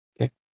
Okay